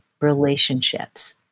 relationships